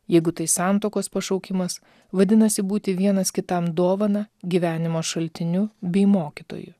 jeigu tai santuokos pašaukimas vadinasi būti vienas kitam dovana gyvenimo šaltiniu bei mokytoju